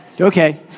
Okay